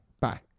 bye